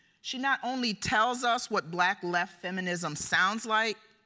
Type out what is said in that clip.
she not only tells us what black left feminism sounds like,